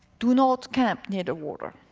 do not camp near the water.